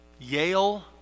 Yale